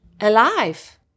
alive